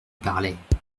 parlait